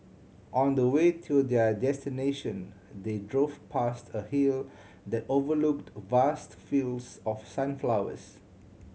on the way to their destination they drove past a hill that overlooked vast fields of sunflowers